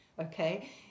okay